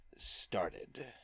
started